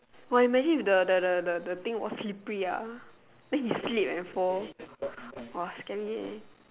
!wah! imagine if the the the the the thing was slippery ah then he slip and fall !wah! scary eh